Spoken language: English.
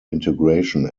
integration